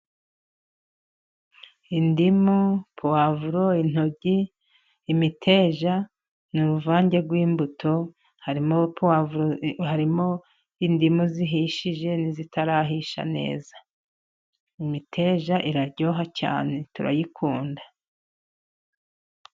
Indimu, puwavuro, intoryi, imiteja ni uruvange rw'imbuto. Harimo puwavuro, harimo indimu zihishije n'izitarahisha neza. Imiteja iraryoha cyane turayikunda.